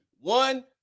one